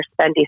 spendy